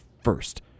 first